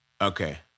Okay